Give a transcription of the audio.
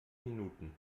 minuten